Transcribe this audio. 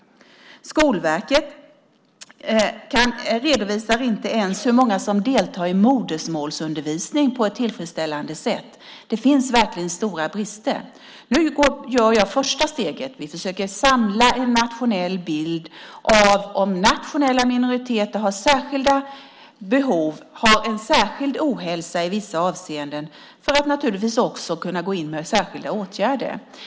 Skolverket redovisar inte ens hur många som deltar i modersmålsundervisning på ett tillfredsställande sätt. Det finns verkligen stora brister. Nu tar jag första steget. Vi försöker samla en bild av om nationella minoriteter har särskilda behov, har en särskild ohälsa i vissa avseenden, för att naturligtvis också kunna gå in med särskilda åtgärder.